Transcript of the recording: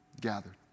gathered